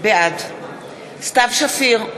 בעד סתיו שפיר,